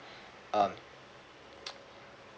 um